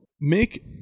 make